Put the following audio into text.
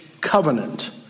covenant